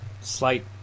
slight